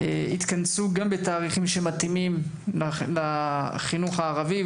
יתכנסו גם בתאריכים שמתאימים לחינוך הערבי,